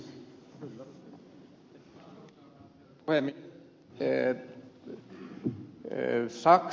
arvoisa herra puhemies